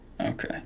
Okay